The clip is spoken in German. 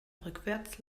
rückwärts